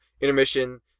intermission